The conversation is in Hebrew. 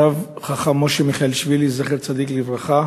הרב חכם משה מיכאלשווילי, זכר צדיק לברכה.